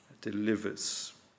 delivers